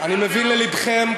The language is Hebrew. אני מבין ללבכם.